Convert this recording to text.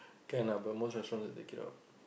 can lah but most restaurants they cannot